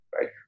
right